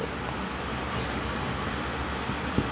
you guys got that far distance relationship going on